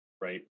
right